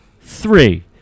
three